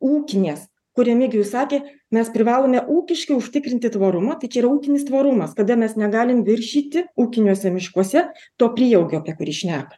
ūkinės kur remigijus sakė mes privalome ūkiškai užtikrinti tvarumą tai čia yra ūkinis tvarumas kada mes negalim viršyti ūkiniuose miškuose to prieaugio apie kurį šneka